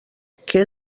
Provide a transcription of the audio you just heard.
que